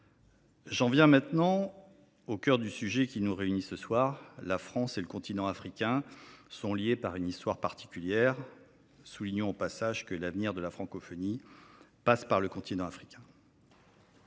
J’en viens maintenant au cœur du sujet qui nous réunit ce soir. La France et le continent africain sont liés par une histoire particulière. Soulignons au passage que l’avenir de la francophonie passe par le continent africain.